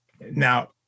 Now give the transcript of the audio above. now